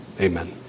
amen